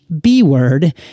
B-word